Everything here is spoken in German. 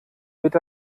wird